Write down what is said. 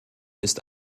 ist